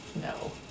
No